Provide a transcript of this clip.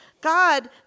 God